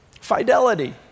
Fidelity